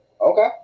Okay